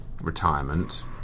retirement